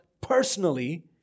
personally